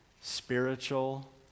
spiritual